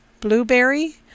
Blueberry